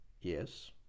Yes